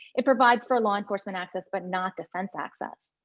it provides for law enforcement access but not defense access.